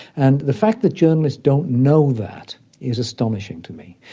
and the fact that journalists don't know that is astonishing to me.